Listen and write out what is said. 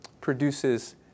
produces